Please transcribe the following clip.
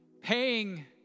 paying